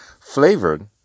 flavored